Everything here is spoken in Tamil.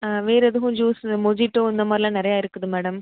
ஆ வேறு எதுவும் ஜூஸ்ஸு மொஜிட்டோ இந்த மாதிரில்லாம் நிறையா இருக்குது மேடம்